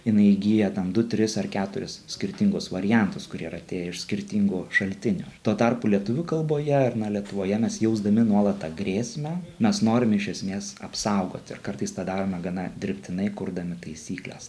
jinai įgyja ten du tris ar keturis skirtingus variantus kurie yra atėję iš skirtingų šaltinių tuo tarpu lietuvių kalboje ar na lietuvoje mes jausdami nuolat tą grėsmę mes norime iš esmės apsaugoti ir kartais tą darome gana dirbtinai kurdami taisykles